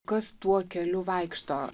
kas tuo keliu vaikšto